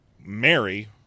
Mary